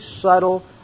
subtle